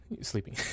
Sleeping